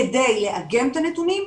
כדי לאגם את הנתונים,